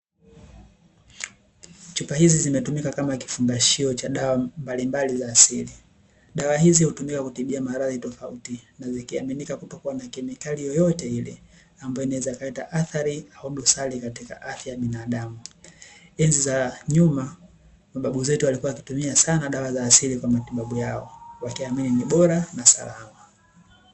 Chupa hizi zimetumika kama kifungashio cha dawa mbalimbali za asili. Dawa hizi hutumika kutibia maradhi tofauti na zikiaminika kutokuwa na kemikali yoyote ile ambayo inaweza ikaleta athari au dosari katika afya ya binadamu. Enzi za nyuma mababu zetu walikuwa wakitumia sana dawa za asili kwa matibabu yao, wakiamini ni bora na salama.